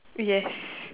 yes